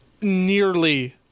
nearly